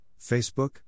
Facebook